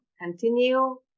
continue